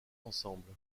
ensemble